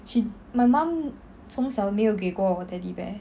she my mum 从小没有给过我 teddy bear